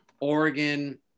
Oregon